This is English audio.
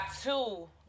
two